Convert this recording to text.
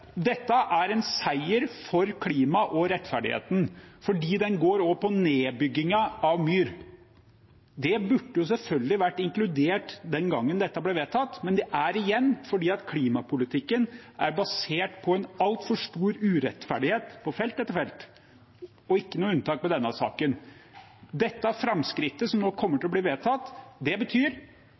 Dette er en seier for klimaet og rettferdigheten, for den går også på nedbyggingen av myr. Det burde selvfølgelig vært inkludert den gangen dette ble vedtatt, men det er igjen fordi klimapolitikken er basert på en altfor stor urettferdighet på felt etter felt, og det er ikke noe unntak i denne saken. Det er framskrittet som nå kommer til å bli vedtatt. Det betyr